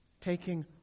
Taking